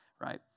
right